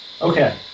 Okay